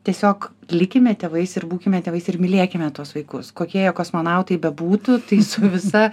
tiesiog likime tėvais ir būkime tėvais ir mylėkime tuos vaikus kokie jie kosmonautai bebūtų tai su visa